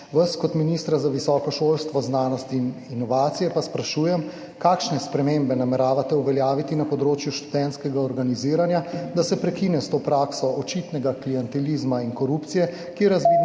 vas kot ministra za visoko šolstvo, znanost in inovacije pa sprašujem: Kakšne spremembe nameravate uveljaviti na področju študentskega organiziranja, da se prekine s to prakso očitnega klientelizma in korupcije, ki je razvidna